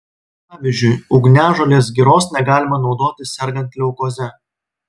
pavyzdžiui ugniažolės giros negalima naudoti sergant leukoze